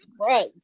Right